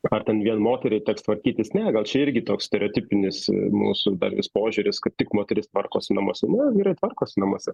ar ten vien moteriai teks tvarkytis ne gal čia irgi toks stereotipinis mūsų dar vis požiūris kad tik moteris tvarkosi namuose nu vyrai tvarkosi namuose